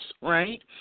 right